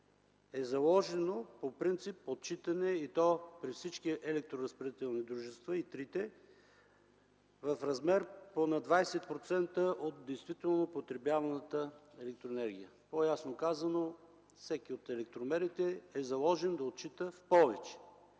е заложено по принцип отчитане, и то при всички електроразпределителни дружества, и трите, в размер по 20% от действително потребяваната електроенергия. По-ясно казано, всеки от електромерите е заложен да отчита в повече.